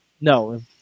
no